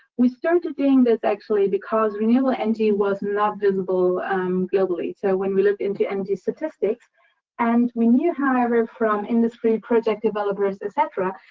we started doing this, actually, because renewable energy was not visible globally. so, when we looked into energy statistics and we knew, however, from industry project developers, et cetera,